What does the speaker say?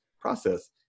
process